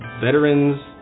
Veterans